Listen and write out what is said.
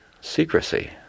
secrecy